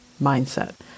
mindset